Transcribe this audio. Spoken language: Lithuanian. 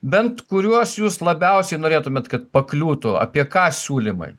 bent kuriuos jūs labiausiai norėtumėt kad pakliūtų apie ką siūlymai